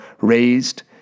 raised